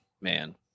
man